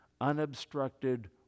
unobstructed